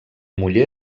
muller